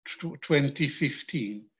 2015